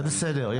זה בסדר.